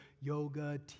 yoga